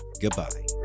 goodbye